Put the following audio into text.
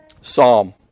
Psalm